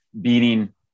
beating